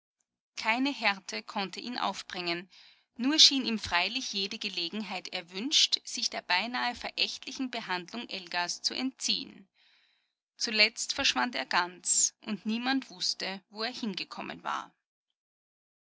keine härte konnte ihn aufbringen nur schien ihm freilich jede gelegenheit erwünscht sich der beinahe verächtlichen behandlung elgas zu entziehen zuletzt verschwand er ganz und niemand wußte wo er hingekommen war